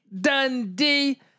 Dundee